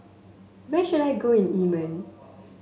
where should I go in Yemen